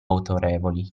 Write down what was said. autorevoli